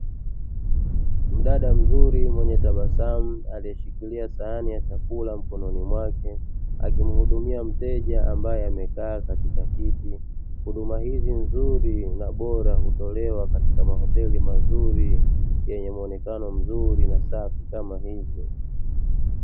Mdada mzuri, mwenye tabasamu, aliyeshikilia sahani ya chakula mkononi mwake akimhudumia mteja ambaye amekaa katika kiti. Huduma hizi nzuri na bora hutolewa katika mahoteli mazuri yenye muonekano mzuri na safi kama hizo.